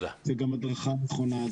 זה גם הדרכה נכונה,